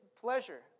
pleasure